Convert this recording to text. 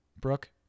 Brooke